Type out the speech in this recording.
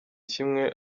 kimwe